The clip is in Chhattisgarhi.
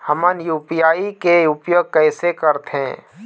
हमन यू.पी.आई के उपयोग कैसे करथें?